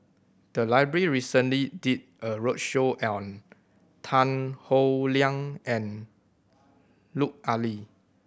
the library recently did a roadshow on Tan Howe Liang and Lut Ali